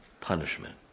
punishment